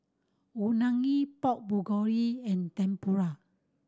Unagi Pork Bulgogi and Tempura